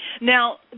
Now